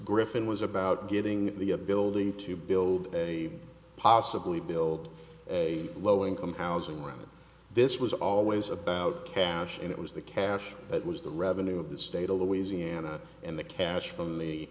griffin was about getting the ability to build a possibly build a low income housing where this was always about cash and it was the cash that was the revenue of the state of louisiana in the cash f